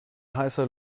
heißer